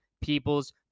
Peoples